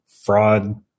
fraud